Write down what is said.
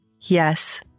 yes